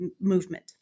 movement